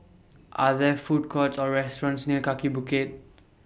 Are There Food Courts Or restaurants near Kaki Bukit